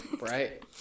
right